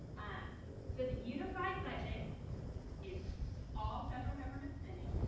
so the unified budget is all federal government spending.